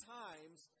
times